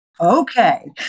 okay